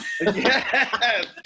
Yes